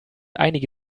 einige